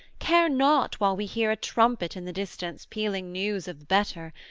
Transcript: care not while we hear a trumpet in the distance pealing news of better,